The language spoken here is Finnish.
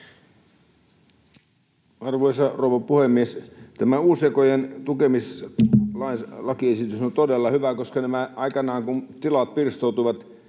Arvoisa rouva puhemies! Tämä uusjakojen tukemislakiesitys on todella hyvä, koska aikoinaan, kun tiloja